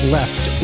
Left